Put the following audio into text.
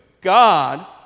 God